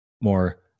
more